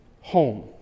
home